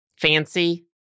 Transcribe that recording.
Fancy